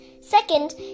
Second